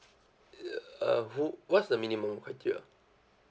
uh who what's the minimum criteria